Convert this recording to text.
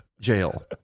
Jail